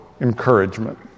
encouragement